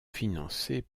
financées